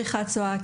בריחת צואה,